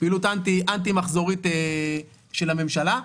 פעילות אנטי מחזורית של הממשלה,